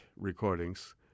recordings